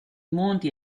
monti